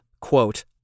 quote